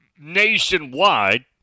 nationwide